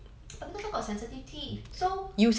oh because I got sensitive teeth